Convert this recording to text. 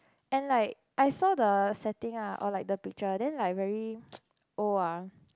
and like I saw the setting ah or like the picture then like very old ah